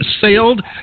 Sailed